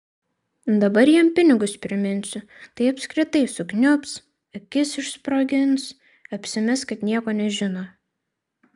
dabar jam pinigus priminsiu tai apskritai sukniubs akis išsprogins apsimes kad nieko nežino